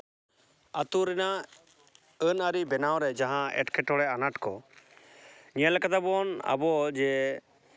ᱟᱹᱛᱩ ᱨᱮᱱᱟᱜ ᱟᱹᱱ ᱟᱹᱨᱤ ᱵᱮᱱᱟᱣ ᱨᱮ ᱡᱟᱦᱟᱸ ᱮᱴᱠᱮᱴᱚᱬᱮ ᱟᱱᱟᱴ ᱠᱚ ᱧᱮᱞ ᱠᱟᱫᱟᱵᱚᱱ ᱟᱵᱚ ᱡᱮ